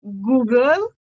Google